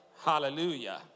Hallelujah